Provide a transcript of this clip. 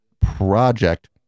project